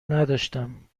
نداشتم